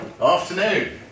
Afternoon